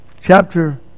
Chapter